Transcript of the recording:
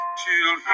till